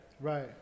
Right